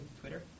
Twitter